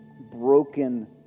broken